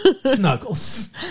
snuggles